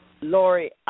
Lori